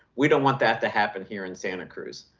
we don't want that to happen here in santa cruz.